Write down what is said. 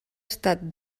estat